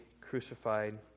crucified